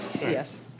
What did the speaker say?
Yes